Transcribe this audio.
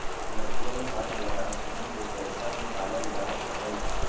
virtual card द्वारा असानी से पइसा निकालल जा सकइ छै